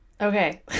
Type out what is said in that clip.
Okay